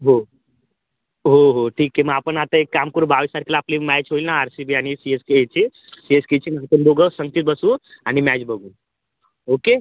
हो हो हो ठीक आहे मग आपण आता एक काम करू बावीस तारखेला आपली मॅच होईल ना आर सी बी आणि सी एस केएची सी एस केची आपण दोघं संगतीत बसू आणि मॅच बघू ओके